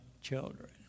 children